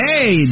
Hey